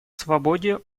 свободе